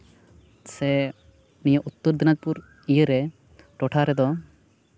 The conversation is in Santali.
ᱥᱮ ᱱᱤᱭᱟᱹ ᱩᱛᱛᱚᱨ ᱫᱤᱱᱟᱡᱯᱩᱨ ᱤᱭᱟᱹ ᱨᱮ ᱴᱚᱴᱷᱟ ᱨᱮᱫᱚ